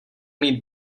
mít